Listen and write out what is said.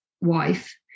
wife